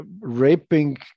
raping